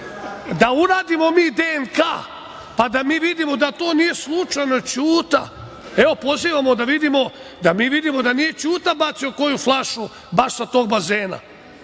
Da uradimo DNK, pa da mi vidimo da to nije slučajno Ćuta. Evo, pozivamo da mi vidimo da nije Ćuta bacio koju flašu baš sa tog bazena.I